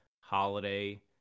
holiday